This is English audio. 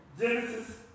Genesis